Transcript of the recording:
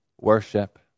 worship